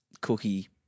Cookie